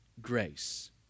grace